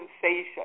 sensation